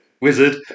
Wizard